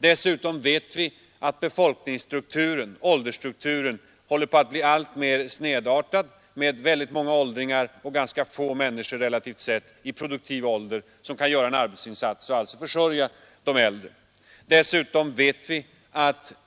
Dessutom vet vi att åldersstrukturen successivt blir alltmer snedvriden med många åldringar och relativt få människor i produktiv ålder, som kan göra en arbetsinsats och alltså försörja de äldre.